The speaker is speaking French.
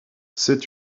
cet